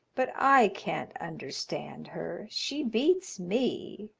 but i can't understand her she beats me.